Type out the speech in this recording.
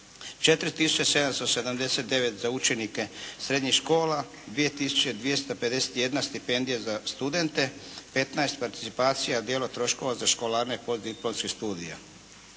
779 za učenike srednjih škola, 2 tisuće 251 stipendija za studente, 15 participacija dijela troškova za školarine postdiplomskih studija.